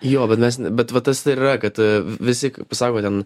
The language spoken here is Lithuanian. jo bet mes bet va tas ir yra kad visi pasako ten